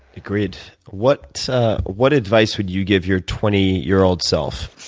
agreed. what what advice would you give your twenty year old self?